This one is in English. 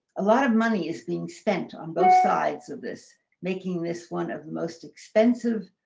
a lot of money is being spent on both sides of this making this one of the most expensive